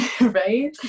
Right